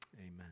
Amen